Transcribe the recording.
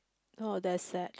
oh that's sad